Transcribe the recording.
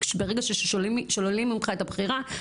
ברגע ששוללים ממך את הבחירה,